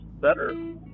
better